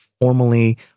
formally